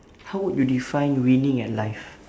how would you define winning at life